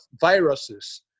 viruses